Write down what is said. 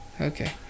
Okay